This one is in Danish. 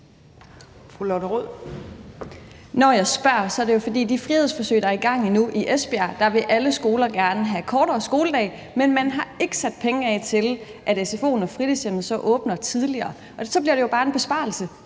Når jeg spørger, er det jo, fordi i de frihedsforsøg, der er i gang endnu i Esbjerg, vil alle skoler gerne have kortere skoledag, men man har ikke sat penge af til, at sfo'en eller fritidshjemmet så åbner tidligere, og så bliver det jo bare en besparelse.